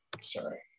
Sorry